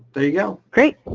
there you go. great.